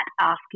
asking